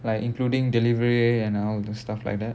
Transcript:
like including delivery and uh all the stuff like that